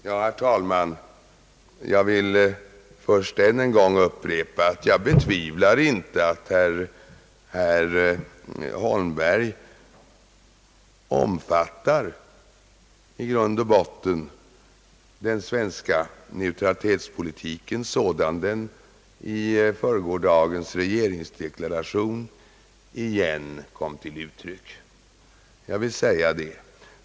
Herr talman! Jag vill först upprepa att jag inte betvivlar, att herr Holmberg i grund och botten omfattar den svenska neutralitetspolitiken sådan denna återigen kom till uttryck i onsdagens regeringsdeklaration.